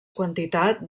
quantitat